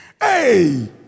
Hey